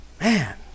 Man